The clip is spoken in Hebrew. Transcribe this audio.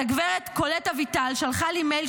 הגברת קולט אביטל שלחה לי מייל,